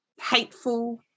hateful